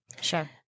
Sure